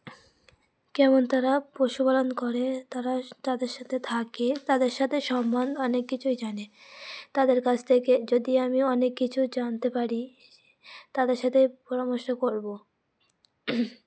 কেমন তারা পশুপালন করে তারা তাদের সাথে থাকে তাদের সাথে সম্বন্ধ অনেক কিছুই জানে তাদের কাছ থেকে যদি আমি অনেক কিছু জানতে পারি তাদের সাথে পরামর্শ করবো